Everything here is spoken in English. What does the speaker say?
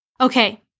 Okay